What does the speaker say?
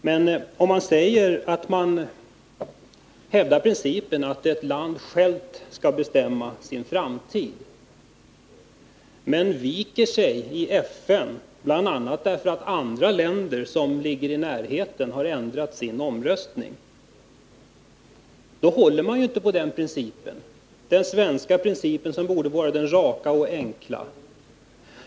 Men om man säger att man hävdar principen att ett land självt skall bestämma sin framtid, men viker sig i FN bl.a. därför att andra länder som ligger i närheten har ändrat sin omröstning, då håller man ju inte på den svenska principen, som borde vara den raka och enkla.